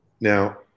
Now